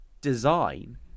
design